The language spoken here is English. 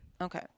Okay